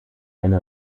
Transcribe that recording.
eine